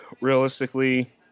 Realistically